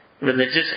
religious